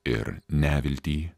ir neviltį